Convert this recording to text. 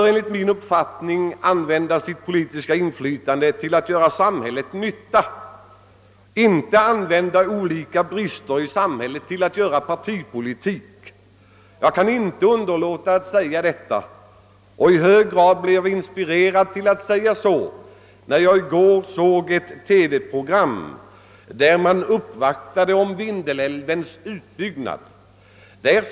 Enligt min uppfattning bör man använda sitt politiska inflytande till att göra samhällsnytta och inte utnyttja olika brister i samhället för partipolitik. Jag kan inte låta bli att framhålla detta och har i hög grad inspirerats härtill när jag i går såg ett TV-program om en uppvaktning beträffande Vindelälvens utbyggnad.